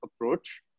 approach